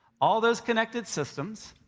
all those connected systems.